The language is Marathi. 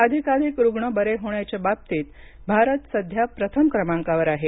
अधिकाधिक रुग्ण बरे होण्याच्या बाबतीत भारत सध्या प्रथम स्थानावर आहे